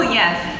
yes